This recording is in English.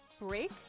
break